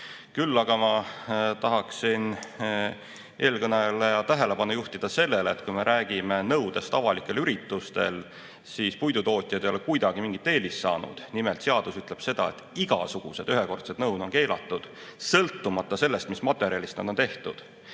aga tahaksin eelkõneleja tähelepanu juhtida sellele, et kui me räägime nõudest avalikel üritustel, siis puidutootjad ei ole kuidagi mingit eelist saanud. Nimelt, [tulevane] seadus ütleb seda, et igasugused ühekordsed nõud on keelatud, sõltumata sellest, mis materjalist need on tehtud.